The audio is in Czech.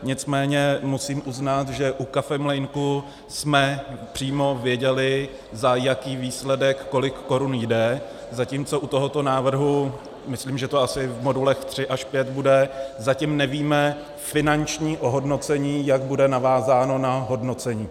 Nicméně musím uznat, že u kafemlýnku jsme přímo věděli, za jaký výsledek kolik korun jde, zatímco u tohoto návrhu, myslím, že to asi v modulech 3 až 5 bude, zatím nevíme finanční ohodnocení, jak bude navázáno na hodnocení.